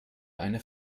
eine